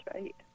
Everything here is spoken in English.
right